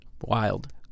wild